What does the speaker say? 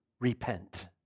repent